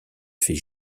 fait